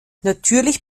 natürlich